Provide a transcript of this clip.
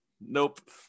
Nope